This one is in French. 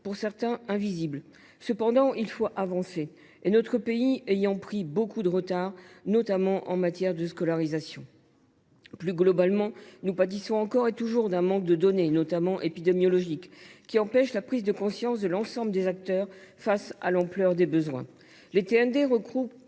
pour certains invisibles. Cependant, il faut avancer, car notre pays a pris beaucoup de retard, notamment en matière de scolarisation. Plus globalement, nous pâtissons encore et toujours d’un manque de données, notamment épidémiologiques, qui empêchent la prise de conscience de l’ensemble des acteurs face à l’ampleur des besoins. Les TND regroupent